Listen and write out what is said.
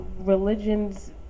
religions